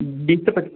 बीस से पच्चीस